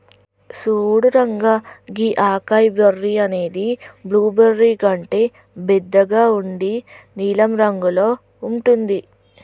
సూడు రంగా గీ acai berry అనేది బ్లూబెర్రీ కంటే బెద్దగా ఉండి నీలం రంగులో ఉంటుంది